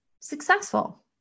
successful